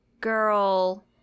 girl